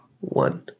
one